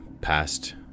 past